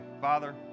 father